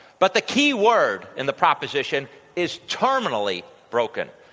but the key word in the proposition is terminally broken.